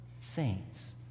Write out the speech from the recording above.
Saints